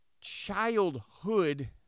childhood